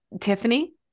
Tiffany